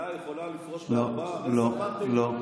שסיעה יכולה לפרוש לארבעה --- לא, לא, לא.